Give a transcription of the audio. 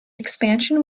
expansion